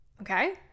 Okay